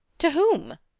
to whom?